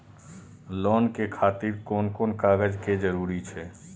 Loan के खातिर कोन कोन कागज के जरूरी छै?